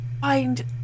find